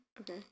Okay